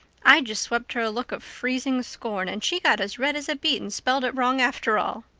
i just swept her a look of freezing scorn and she got as red as a beet and spelled it wrong after all.